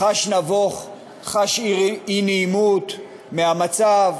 חש נבוך, חש אי-נעימות מהמצב.